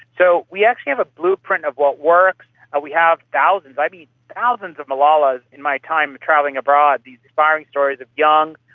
so we actually have a blueprint of what works and we have thousands, i meet thousands of malalas in my time travelling abroad, these inspiring stories of young,